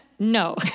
No